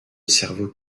cerveau